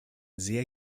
sehr